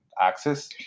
access